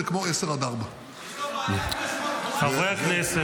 זה כמו 10:00 עד 16:00. יש לו בעיית חשבון --- חברי הכנסת.